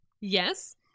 yes